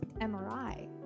mri